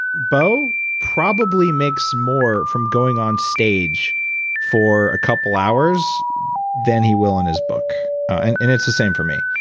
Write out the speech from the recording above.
bo probably makes more from going on stage for a couple hours then he will in his book. and and it's the same for me.